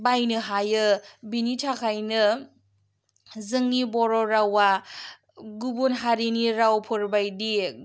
बायनो हायो बिनि थाखाइनो जोंनि बर' रावा गुबुन हारिनि रावफोरबायदि